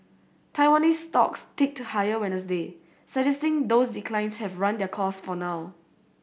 Taiwanese stocks ticked higher Wednesday suggesting those declines have run their course for now